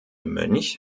mönch